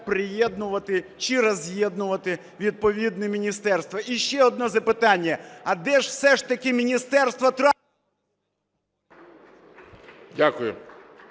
приєднувати чи роз'єднувати відповідні міністерства. І ще одне запитання. А де ж все ж таки міністерство… ГОЛОВУЮЧИЙ. Дякую.